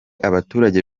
abaturage